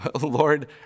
Lord